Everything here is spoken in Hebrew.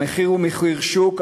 המחיר הוא מחיר שוק,